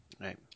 Right